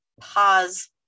pause